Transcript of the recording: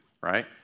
right